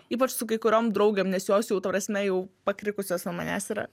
ypač su kai kuriom draugėm nes jos jau ta prasme jau pakrikusios ant manęs yra